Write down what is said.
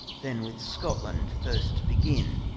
then with scotland first begin.